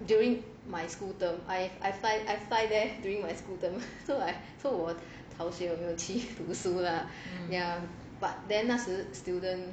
during my school term I fly I fly there during my school term so I so 我逃学我没有去读书啦 ya but 那时 student